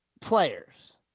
players –